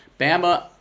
Bama